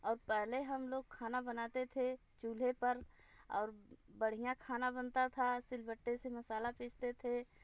और पहले हम लोग खाना बनाते थे चूल्हे पर और बढ़ियाँ खाना बनता था सिलबट्टे से मसाला पीसते थे